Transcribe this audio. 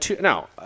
Now